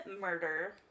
murder